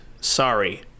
Sorry